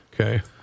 Okay